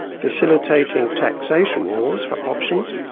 facilitating taxation rules for options,